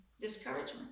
Discouragement